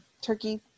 turkey